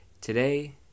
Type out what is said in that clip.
today